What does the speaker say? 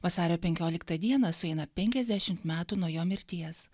vasario penkioliktą dieną sueina penkiasdešimt metų nuo jo mirties